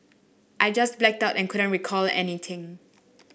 i just blacked out and couldn't recall anything